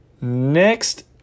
Next